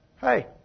hey